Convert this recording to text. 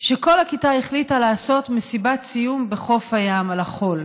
שכל הכיתה החליטה לעשות מסיבת סיום בחוף הים על החול,